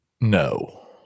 No